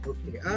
Okay